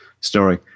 story